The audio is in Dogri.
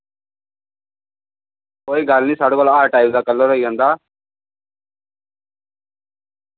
कोई गल्ल नि साढ़े कोल हर टाइप दा कलर होई जंदा